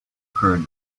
colonel